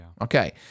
Okay